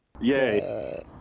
Yay